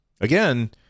Again